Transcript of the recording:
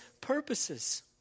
purposes